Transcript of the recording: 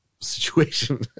situation